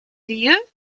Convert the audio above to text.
lieues